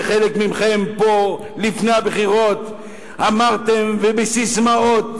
שחלק מכם פה לפני הבחירות אמרתם בססמאות,